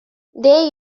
they